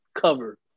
cover